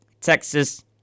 Texas